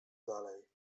dalej